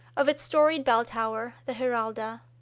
of its storied bell-tower, the giralda,